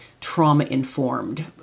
trauma-informed